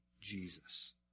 Jesus